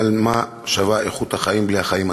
אבל מה שווה איכות החיים בלי החיים עצמם?